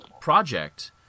project